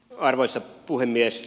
arvoisa puhemies